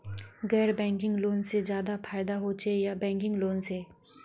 गैर banking loan से ज्यादा फायदा होचे या बैंकिंग लोन से?